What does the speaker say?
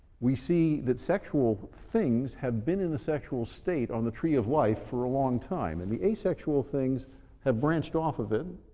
we see that sexual things have been in a sexual state on the tree of life for a long time, and the asexual things have branched off of it,